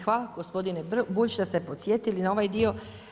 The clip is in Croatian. Hvala gospodine Bulj što ste podsjetili na ovaj dio.